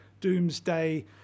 doomsday